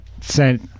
sent